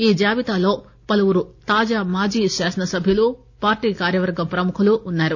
ఈ జాబితాలో పలువురు తాజా మాజీ శాసనసభ్యులు పార్లీ కార్యవర్గ ప్రముఖులు ఉన్నారు